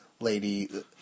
lady